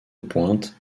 pointe